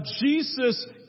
Jesus